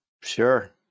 sure